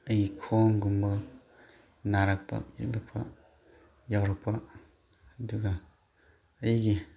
ꯑꯩ ꯈꯣꯡꯒꯨꯝꯕ ꯅꯥꯔꯀꯄ ꯌꯦꯛꯂꯛꯄ ꯌꯥꯎꯔꯛꯄ ꯑꯗꯨꯒ ꯑꯩꯒꯤ